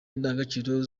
indangagaciro